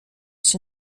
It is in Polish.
się